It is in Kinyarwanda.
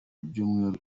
ibyumweru